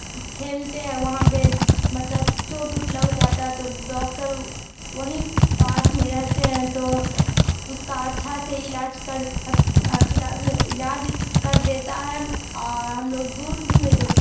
کھیلتے ہیں وہاں پہ مطلب چوٹ ووٹ لگ جاتا ہے تو ڈاکٹر وہیں پاس میں رہتے ہیں تو اس کا اچھا سے علاج کر سک علاج کر دیتا ہے اور ہم لوگ دور میں جو